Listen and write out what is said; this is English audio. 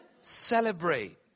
celebrate